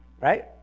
right